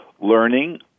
learning